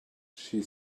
she